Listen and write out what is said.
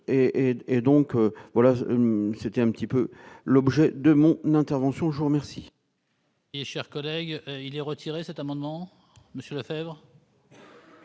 et donc voilà, c'était un petit peu l'objet de mon intervention, Jean merci.